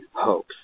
hopes